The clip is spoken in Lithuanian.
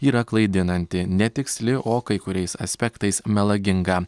yra klaidinanti netiksli o kai kuriais aspektais melaginga